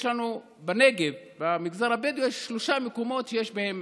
יש לנו בנגב, במגזר הבדואי, שלושה מקומות שיש בהם